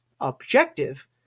objective